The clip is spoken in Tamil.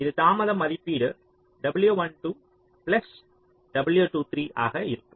இது தாமத மதிப்பீடு W12 பிளஸ் W23 ஆக இருக்கும்